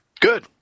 Good